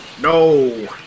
No